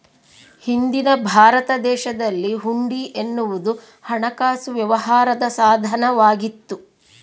ಹಿಂದಿನ ಭಾರತ ದೇಶದಲ್ಲಿ ಹುಂಡಿ ಎನ್ನುವುದು ಹಣಕಾಸು ವ್ಯವಹಾರದ ಸಾಧನ ವಾಗಿತ್ತು